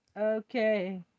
okay